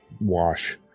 wash